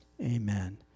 Amen